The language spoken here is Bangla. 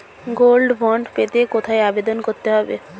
গোল্ড বন্ড পেতে কোথায় আবেদন করতে হবে?